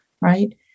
right